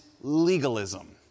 legalism